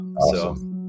awesome